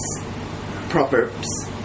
Proverbs